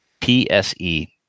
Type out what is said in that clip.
PSE